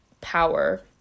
power